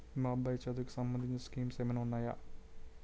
మా అబ్బాయి చదువుకి సంబందించిన స్కీమ్స్ ఏమైనా ఉన్నాయా?